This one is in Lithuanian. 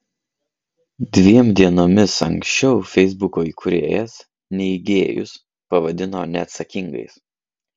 dviem dienomis anksčiau feisbuko įkūrėjas neigėjus pavadino neatsakingais